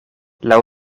laŭ